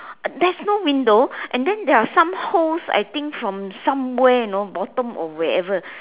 there's no window and then there are some holes I think from somewhere you know bottom or wherever